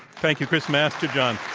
thank you, chris masterjohn.